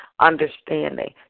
understanding